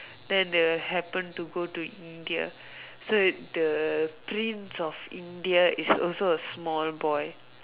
then they will happen to go to India so it the prince of India is also a small boy